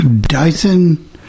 Dyson